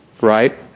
right